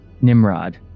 Nimrod